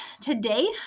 today